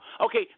Okay